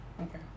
Okay